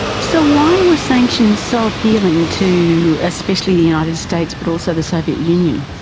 so why were sanctions so appealing to especially the united states but also the soviet union?